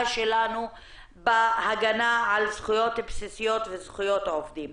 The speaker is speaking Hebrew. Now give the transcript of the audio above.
שלנו על הגנה על זכויות בסיסיות וזכויות עובדים.